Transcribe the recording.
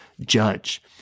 judge